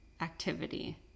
activity